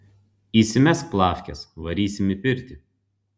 įsimesk plafkes varysim į pirtį